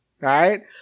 right